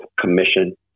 commission